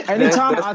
Anytime